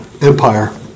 Empire